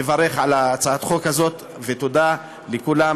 אני מברך על הצעת החוק הזאת, ותודה לכולם.